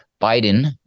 Biden